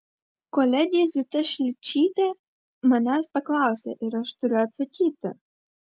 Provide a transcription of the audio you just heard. kolegė zita šličytė manęs paklausė ir aš turiu atsakyti